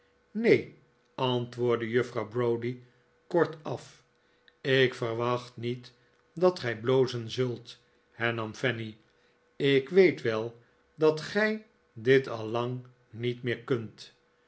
neen antwoordde juffrouw browdie kortaf ik verwacht niet dat gij blozen zult nernam fanny ik weet wel dat gij dit al lang niet meer kunt